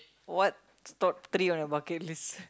what's top three on your bucket list